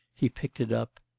he picked it up.